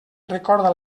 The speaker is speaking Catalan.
recorda